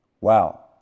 Wow